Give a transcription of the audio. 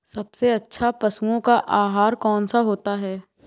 सबसे अच्छा पशुओं का आहार कौन सा होता है?